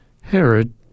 Herod